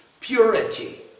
purity